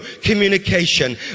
communication